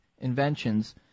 inventions